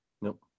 nope